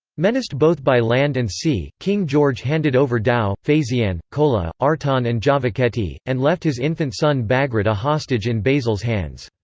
menaced both by land and sea, king george handed over tao, phasiane, kola, artaan and javakheti, and left his infant son bagrat a hostage in basil's hands.